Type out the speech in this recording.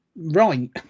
right